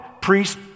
priest